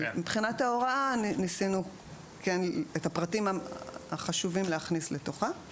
אבל ניסינו להכניס את הפרטים החשובים בהוראה.